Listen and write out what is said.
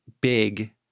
big